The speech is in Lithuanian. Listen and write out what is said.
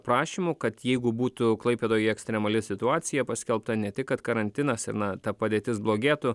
prašymų kad jeigu būtų klaipėdoj ekstremali situacija paskelbta ne tik kad karantinas ir na ta padėtis blogėtų